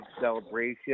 celebration